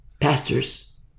Pastors